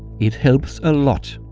it helps a lot.